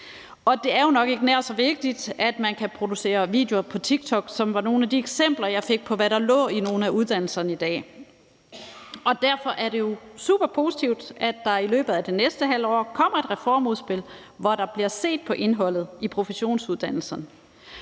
det er jo nok ikke nær så vigtigt, at man kan producere videoer på TikTok, som var et af de eksempler, jeg fik, på, hvad der lå i nogle af uddannelserne i dag. Og derfor er det jo superpositivt, at der i løbet af det næste halve år kommer et reformudspil, hvor der bliver set på indholdet af professionsuddannelserne.